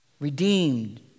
Redeemed